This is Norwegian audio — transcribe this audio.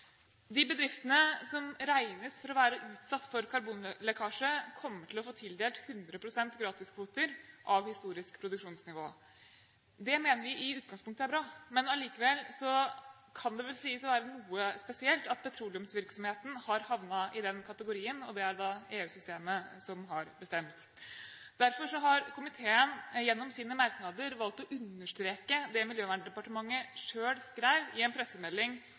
De bedriftene som regnes for å være utsatt for karbonlekkasje, kommer til å få tildelt 100 pst. gratiskvoter av historisk produksjonsnivå. Det mener vi i utgangspunktet er bra. Men allikevel kan det sies å være noe spesielt at petroleumsvirksomheten har havnet i den kategorien, og det er det da EU-systemet som har bestemt. Derfor har komiteen gjennom sine merknader valgt å understreke det Miljøverndepartementet selv skrev i en pressemelding